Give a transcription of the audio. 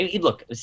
Look